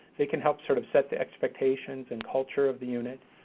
they can help sort of set the expectations and culture of the unit.